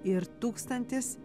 ir tūkstantis